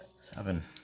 seven